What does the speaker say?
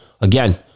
Again